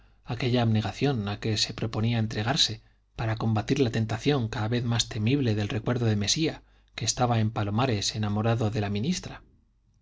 aquella abnegación a que se proponía entregarse para combatir la tentación cada vez más temible del recuerdo de mesía que estaba en palomares enamorado de la ministra